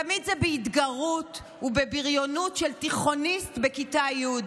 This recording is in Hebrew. תמיד זה בהתגרות ובבריונות של תיכוניסט בכיתה י',